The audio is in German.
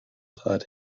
trat